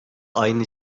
aynı